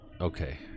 Okay